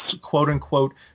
quote-unquote